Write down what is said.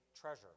treasure